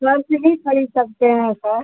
purse भी खरीद सकते हैं सर